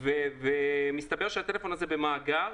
ומסתבר שהטלפון הזה במאגר,